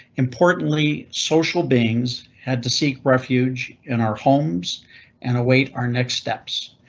importantly, social beings had to seek refuge in our homes and await our next steps.